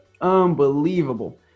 unbelievable